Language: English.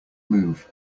move